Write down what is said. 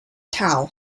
towel